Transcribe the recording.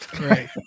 Right